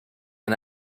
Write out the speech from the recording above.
and